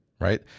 right